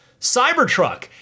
Cybertruck